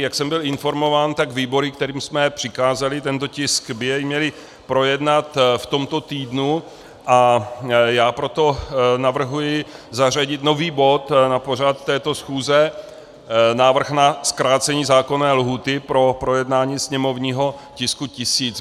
Jak jsem byl informován, tak výbory, kterým jsme přikázali tento tisk, by jej měly projednat v tomto týdnu, a já proto navrhuji zařadit nový bod na pořad této schůze návrh na zkrácení zákonné lhůty pro projednání sněmovního tisku 1000.